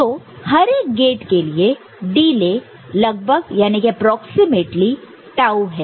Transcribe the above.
तो हर एक गेट के लिए डिले लगभग एप्रोक्सीमेटली approximately टाऊ है